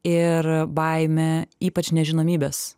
ir baimė ypač nežinomybės